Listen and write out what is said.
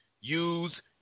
use